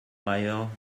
meier